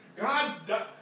God